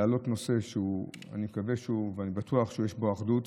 להעלות נושא שאני מקווה ואני בטוח שיש בו אחדות.